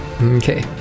Okay